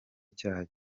icyaha